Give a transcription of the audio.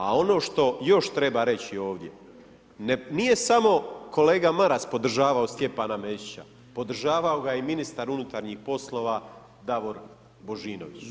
A ono što još treba reći ovdje, nije samo kolega Maras podržavao Stjepana Mesića, podržavao ga je i ministar unutarnjih poslova, Davor Božinović.